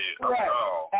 Right